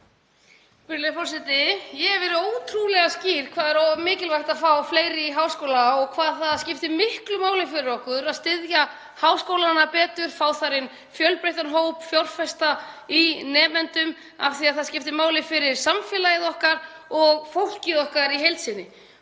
forseti. Ég hef verið ótrúlega skýr með það hvað það er mikilvægt að fá fleiri í háskóla og hvað það skiptir miklu máli fyrir okkur að styðja háskólana betur, fá þar inn fjölbreyttan hóp, fjárfesta í nemendum af því að það skiptir máli fyrir samfélagið okkar og fólkið okkar í heild sinni.